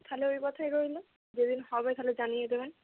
তাহলে ওই কথাই রইলো যেদিন হবে তাহলে জানিয়ে দেবেন